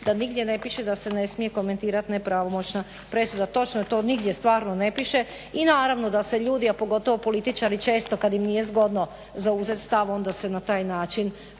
da nigdje ne piše da se ne smije komentirat nepravomoćna presuda. Točno, to nigdje stvarno ne piše i naravno da se ljudi, a pogotovo političari često kad im nije zgodno zauzet stav onda se na taj način